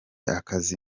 akazi